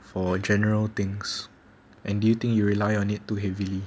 for general things and do you think you rely on it too heavily